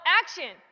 action